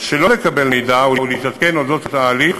שלא לקבל מידע ולהתעדכן על אודות התהליך,